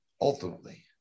Ultimately